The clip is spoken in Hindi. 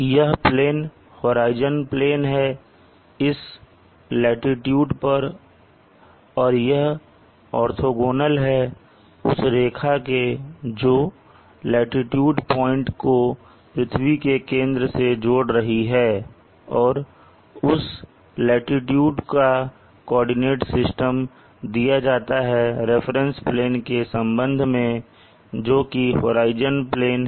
यह प्लेन होराइजन प्लेन प्लेन है इस लाटीट्यूड पर और यह ऑर्थोंगोनल है उस रेखा के जो लाटीट्यूड पॉइंट को पृथ्वी के केंद्र से जोड़ रही है और उस लाटीट्यूड का कोऑर्डिनेट सिस्टम दीया जाता है रेफरेंस प्लेन के संबंध में जोकि होराइजन प्लेन है